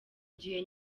gihe